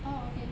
orh okay